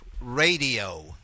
Radio